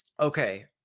Okay